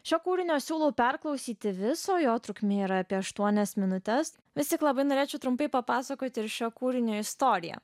šio kūrinio siūlau perklausyti visą jo trukmė yra apie aštuonias minutes visi labai norėčiau trumpai papasakoti ir šio kūrinio istoriją